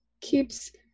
keeps